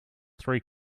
three